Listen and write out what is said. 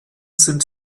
sind